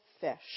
fish